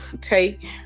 take